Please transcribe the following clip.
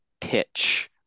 pitch